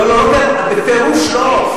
לא, בפירוש לא.